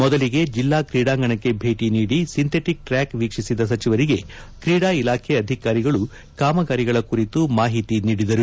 ಮೊದಲಿಗೆ ಜಿಲ್ಲಾ ಕ್ರೀಡಾಂಗಣಕ್ಕೆ ಭೇಟಿ ನೀದಿಸಿಂಥಿಟಿಕ್ ಟ್ರ್ಯಾಕ್ ವೀಕ್ಷಿಸಿದ ಸಚಿವರಿಗೆ ಕ್ರೀಡಾ ಇಲಾಖೆ ಅಧಿಕಾರಿಗಳು ಕಾಮಗಾರಿಗಳ ಕುರಿತು ಮಾಹಿತಿ ನೀಡಿದರು